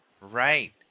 Right